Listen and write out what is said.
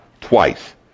twice